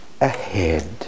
ahead